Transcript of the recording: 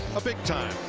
big time.